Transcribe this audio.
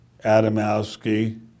Adamowski